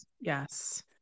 Yes